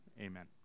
amen